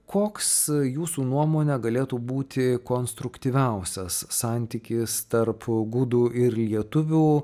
koks jūsų nuomone galėtų būti konstruktyviausias santykis tarp gudų ir lietuvių